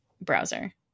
browser